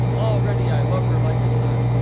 already i love her like a son.